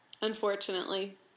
Unfortunately